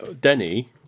Denny